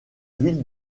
ville